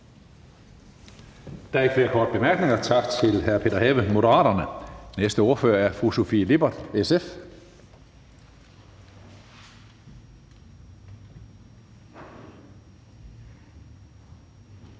Der er ikke flere korte bemærkninger, så tak til hr. Peter Have, Moderaterne. Næste ordfører er fru Sofie Lippert, SF.